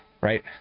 right